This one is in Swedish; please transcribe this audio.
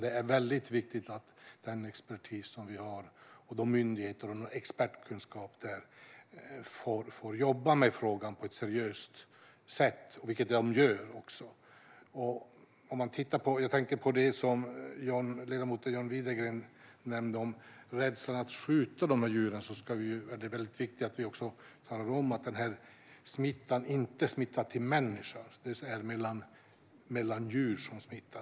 Det är väldigt viktigt att de myndigheter som har expertkunskap får jobba med frågan på ett seriöst sätt, vilket de också gör. Ledamoten John Widegren nämnde rädslan för att skjuta dessa djur. Men det är då mycket viktigt att vi också talar om att denna sjukdom inte smittar till människa, utan den smittar mellan djur.